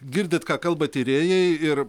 girdit ką kalba tyrėjai ir